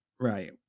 Right